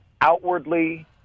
Outwardly